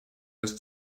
less